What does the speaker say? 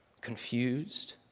confused